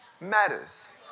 matters